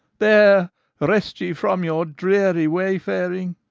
there rest ye from your dreary wayfaring.